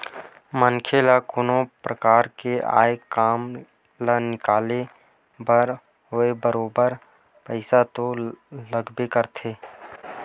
मनखे ल कोनो परकार ले आय काम ल निकाले बर होवय बरोबर पइसा तो लागबे करथे